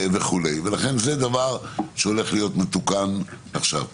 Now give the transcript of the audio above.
זה דבר שהולך להיות מתוקן עכשיו.